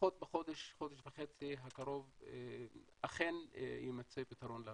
שלפחות בחודש-חודש וחצי הקרוב אכן יימצא פתרון.